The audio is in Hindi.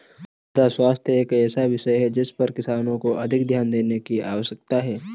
मृदा स्वास्थ्य एक ऐसा विषय है जिस पर किसानों को अधिक ध्यान देने की आवश्यकता है